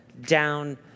down